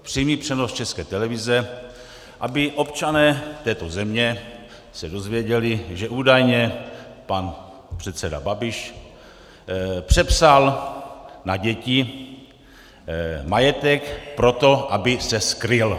Přímý přenos České televize, aby občané této země se dozvěděli, že údajně pan předseda Babiš přepsal na děti majetek proto, aby se skryl.